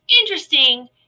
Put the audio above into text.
interesting